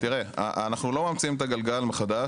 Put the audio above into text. אנחנו לא ממציאים את הגלגל מחדש.